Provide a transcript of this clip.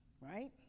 right